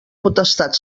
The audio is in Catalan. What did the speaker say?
potestat